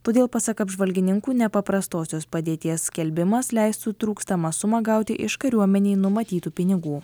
todėl pasak apžvalgininkų nepaprastosios padėties skelbimas leistų trūkstamą sumą gauti iš kariuomenei numatytų pinigų